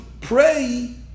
pray